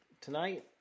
tonight